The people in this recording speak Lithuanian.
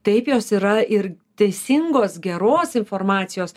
taip jos yra ir teisingos geros informacijos